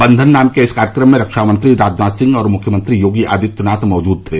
बंधन नाम के इस कार्यक्रम में रक्षा मंत्री राजनाथ सिंह और मुख्यमंत्री योगी आदित्यनाथ मौजूद थे